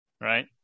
right